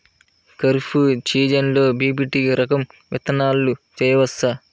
ఖరీఫ్ సీజన్లో బి.పీ.టీ రకం విత్తనాలు వేయవచ్చా?